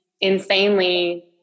insanely